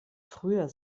früher